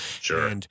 Sure